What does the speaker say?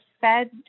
Fed